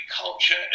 culture